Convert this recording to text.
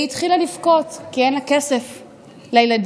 היא התחילה לבכות, כי אין לה כסף לילדים.